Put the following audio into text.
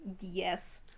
Yes